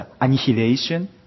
annihilation